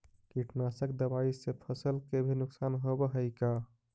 कीटनाशक दबाइ से फसल के भी नुकसान होब हई का?